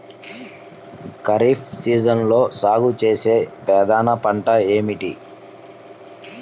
ఖరీఫ్ సీజన్లో సాగుచేసే ప్రధాన పంటలు ఏమిటీ?